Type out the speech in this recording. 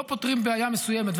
לא פותרים בעיה מסוימת,